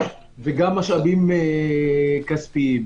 וגם משאבים כספיים.